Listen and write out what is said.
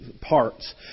parts